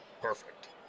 Perfect